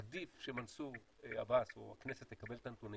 עדיף שמנסור עבאס או הכנסת תקבל את הנתונים